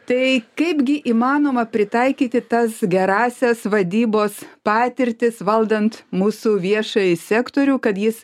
tai kaipgi įmanoma pritaikyti tas gerąsias vadybos patirtis valdant mūsų viešąjį sektorių kad jis